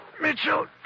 Mitchell